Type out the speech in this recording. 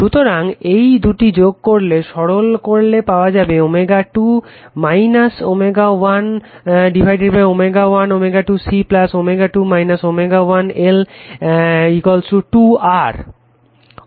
সুতরাং এইদুটিকে যোগ করে সরল করলে পাওয়া যাবে ω2 ω 1ω 1 ω2 C ω2 ω 1 L 2 R